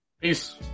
Peace